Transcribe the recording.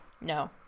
No